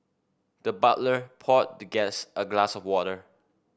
the butler poured the guest a glass of water